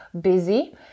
busy